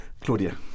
Claudia